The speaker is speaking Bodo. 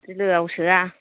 बिलोयाव सोया